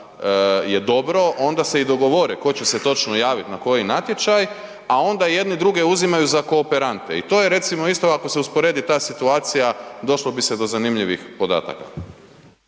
je dobro onda se i dogovore tko će se točno javiti na koji natječaj, a onda jedni druge uzimaju za kooperante. I to je recimo isto ako se usporedi ta situacija došlo bi se do zanimljivih podataka.